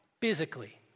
physically